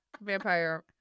Vampire